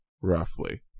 roughly